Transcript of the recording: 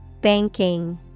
Banking